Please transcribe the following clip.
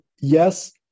yes